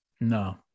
no